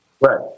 Right